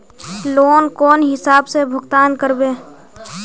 Loan कौन हिसाब से भुगतान करबे?